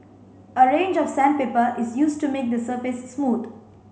a range of sandpaper is used to make the surface smooth